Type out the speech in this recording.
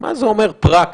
מה זה אומר פרקטית?